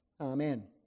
Amen